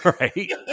Right